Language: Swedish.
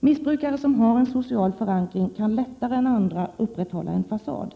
Missbrukare som har en social förankring kan lättare än andra upprätthålla en fasad.